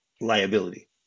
liability